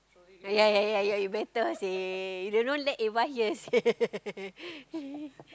ya ya ya ya you better say you don't know let eh why here seh